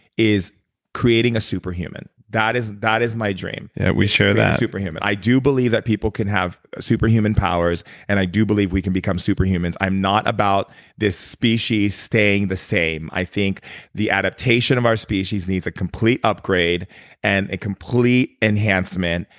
is creating a super human. that is that is my dream we share that creating super human. i do believe that people can have super human powers and i do believe we can become super humans. i'm not about this species staying the same. i think the adaptation of our species needs a complete upgrade and a complete enhancement.